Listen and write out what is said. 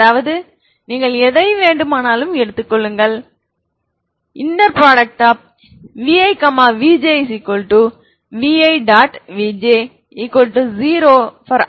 அதாவது நீங்கள் எதை வேண்டுமானாலும் எடுத்துக் கொள்ளுங்கள் vi vj vi